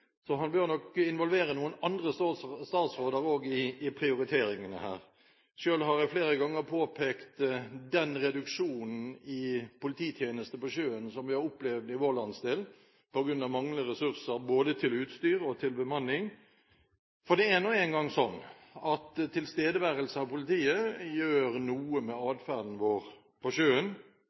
Han bør nok også involvere noen andre statsråder i prioriteringene her. Selv har jeg flere ganger påpekt den reduksjonen i polititjeneste på sjøen som vi har opplevd i vår landsdel på grunn av manglende ressurser, både til utstyr og til bemanning. Det er nå engang sånn at tilstedeværelse av politi gjør noe med adferden vår på sjøen.